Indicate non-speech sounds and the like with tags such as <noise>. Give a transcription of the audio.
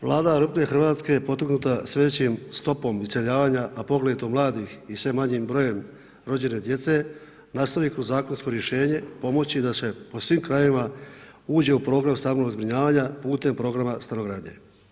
Vlada Republike Hrvatske je potegnuta sljedećem stopom iseljavanja a poglavito mladih i sve manjim brojem rođene djece, … <unintelligible> u zakonsko rješenje, pomoći da se po svim krajevima uđe u program stambenog zbrinjavanja, putem programa stanogradnje.